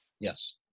Yes